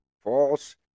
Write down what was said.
false